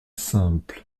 simple